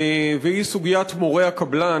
והיא סוגיית מורי הקבלן,